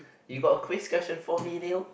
you got a quiz question for me Neil